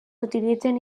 utilitzen